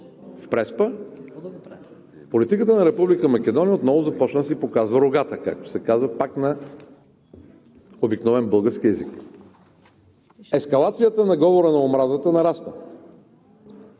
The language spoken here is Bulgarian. в Преспа, политиката на Република Македония отново започна да си показва рогата, както се казва, пак на обикновен български език. Ескалацията на говора на омразата нараства